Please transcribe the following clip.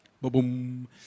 Boom